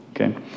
okay